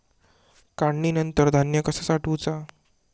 काढणीनंतर धान्य कसा साठवुचा?